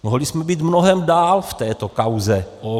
Mohli jsme být mnohem dál v této kauze OKD.